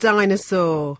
Dinosaur